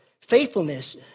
faithfulness